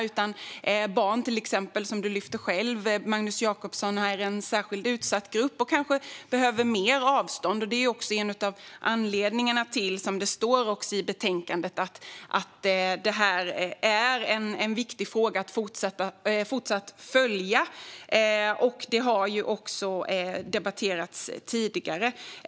Magnus Jacobsson lyfter själv fram att barn är en särskilt utsatt grupp, och de behöver kanske ett längre avstånd. Det är en av anledningarna till att detta är en viktig fråga att fortsatt följa, som det också står i betänkandet. Frågan har också debatterats tidigare.